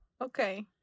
okay